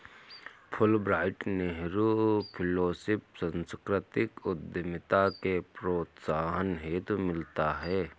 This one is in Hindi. फुलब्राइट नेहरू फैलोशिप सांस्कृतिक उद्यमिता के प्रोत्साहन हेतु मिलता है